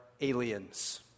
aliens